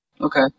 Okay